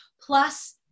plus